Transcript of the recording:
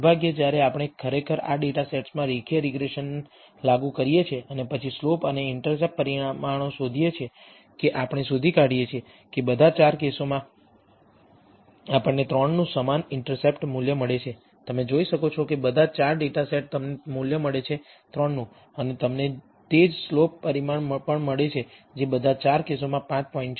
દુર્ભાગ્યે જ્યારે આપણે ખરેખર આ ડેટા સેટ્સમાં રેખીય રીગ્રેસન લાગુ કરીએ છીએ અને પછી સ્લોપ અને ઇન્ટરસેપ્ટ પરિમાણો શોધીએ છીએ કે આપણે શોધી કાઢીએ છીએ કે બધા 4 કેસોમાં આપણને 3 નું સમાન ઇન્ટરસેપ્ટ મૂલ્ય મળે છે તમે જોઈ શકો છો કે બધા 4 ડેટા સેટ તમને મૂલ્ય મળે છે 3 નું છે અને તમને તે જ સ્લોપ પરિમાણ પણ મળે છે જે બધા 4 કેસોમાં 5 પોઇન્ટ છે